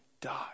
die